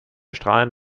strahlen